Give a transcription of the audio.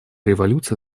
революция